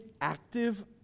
active